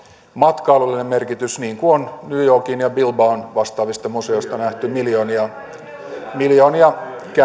matkailullinen merkitys niin kuin on new yorkin ja bilbaon vastaavista museoista nähty siellä on miljoonia kävijöitä